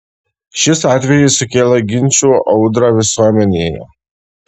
šis atvejis sukėlė ginčų audrą visuomenėje